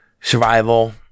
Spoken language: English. Survival